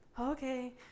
okay